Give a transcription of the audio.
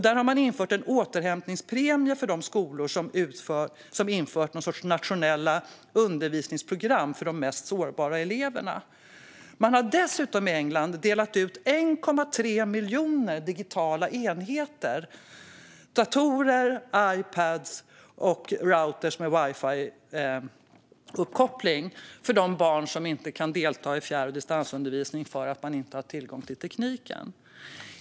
Där har man infört en återhämtningspremie för de skolor som har infört någon sorts nationella undervisningsprogram för de mest sårbara eleverna. Man har i England dessutom delat ut 1,3 miljoner digitala enheter - datorer, Ipadar och routrar med wifi-uppkoppling - till de barn som inte kan delta i fjärr och distansundervisning därför att de inte har tillgång till tekniken.